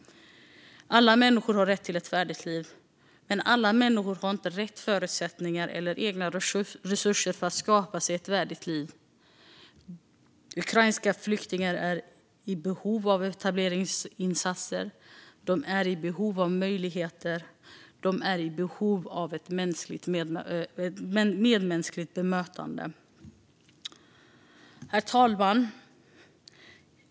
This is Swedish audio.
Alla människor har rätt till ett värdigt liv, men alla människor har inte rätt förutsättningar eller egna resurser för att skapa sig ett värdigt liv. Ukrainska flyktingar är i behov av etableringsinsatser. De är i behov av möjligheter och ett medmänskligt bemötande. Herr talman!